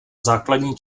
základní